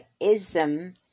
Ism